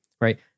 Right